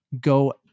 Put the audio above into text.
go